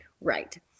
Right